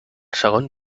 segon